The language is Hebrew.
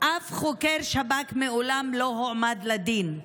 אף חוקר שב"כ מעולם לא הועמד לדין.